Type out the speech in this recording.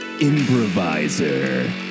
improviser